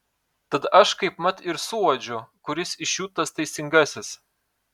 tad aš kaipmat ir suuodžiu kuris iš jų tas teisingasis